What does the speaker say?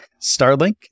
Starlink